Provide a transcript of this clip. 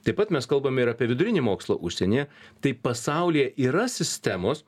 taip pat mes kalbame ir apie vidurinį mokslą užsienyje tai pasaulyje yra sistemos